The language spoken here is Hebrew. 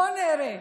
בוא נראה.